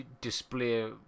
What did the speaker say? display